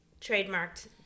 trademarked